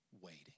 waiting